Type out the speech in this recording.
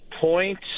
point